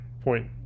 point